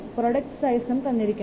product സൈസും തന്നിരിക്കുന്നു